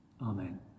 Amen